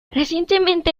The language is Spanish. recientemente